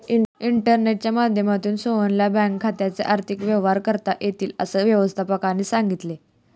इंटरनेटच्या माध्यमातूनही सोहनला बँक खात्याचे आर्थिक व्यवहार करता येतील, असं व्यवस्थापकाने सांगितले